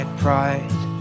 pride